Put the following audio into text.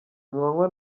manywa